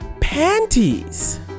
panties